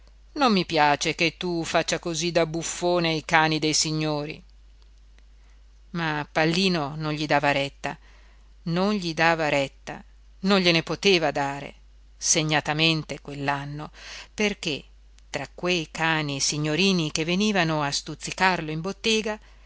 non mi piace che tu faccia così da buffone ai cani de signori ma pallino non gli dava retta non gli dava retta non gliene poteva dare segnatamente quell'anno perché tra quei cani signorini che venivano a stuzzicarlo in bottega